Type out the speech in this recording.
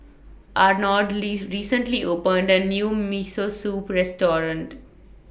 Arnold Li recently opened A New Miso Soup Restaurant